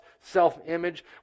self-image